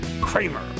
Kramer